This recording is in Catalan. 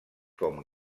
com